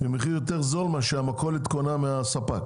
במחיר יותר זול מאשר שהמכולת קונה מהספק.